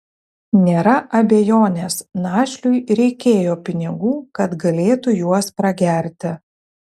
nėra abejonės našliui reikėjo pinigų kad galėtų juos pragerti